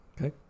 okay